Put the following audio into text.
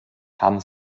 haben